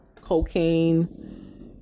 cocaine